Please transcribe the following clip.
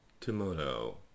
Tomorrow